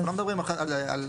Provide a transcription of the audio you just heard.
אנחנו לא מדברים על זה